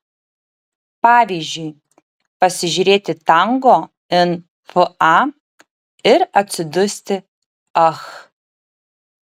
pavyzdžiui pasižiūrėti tango in fa ir atsidusti ach